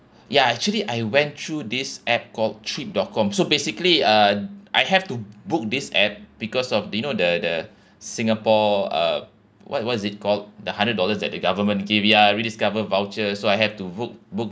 ya actually I went through this app called trip dot com so basically uh I have to book this app because of the you know the the singapore uh what was it called the hundred dollars that the government give ya rediscover voucher so I have to book book